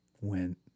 went